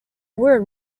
were